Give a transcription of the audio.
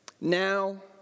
Now